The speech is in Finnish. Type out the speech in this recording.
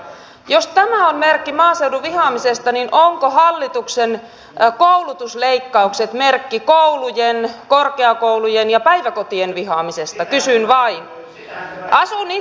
jos tämä on merkki maaseudun vihaamisesta niin ovatko hallituksen koulutusleikkaukset merkki koulujen korkeakoulujen ja päiväkotien vihaamisesta kysyn vain